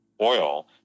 oil